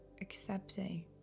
accepting